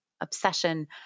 obsession